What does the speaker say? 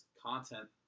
content